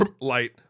light